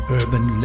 urban